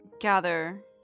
gather